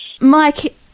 Mike